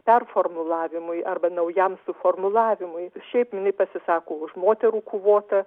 performulavimui arba naujam suformulavimui šiaip jinai pasisako už moterų kvotą